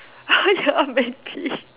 ya maybe